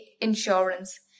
insurance